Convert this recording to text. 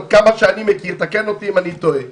עד כמה שאני מכיר ותקן אותי אם אני טועה,